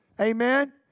Amen